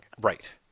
Right